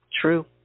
True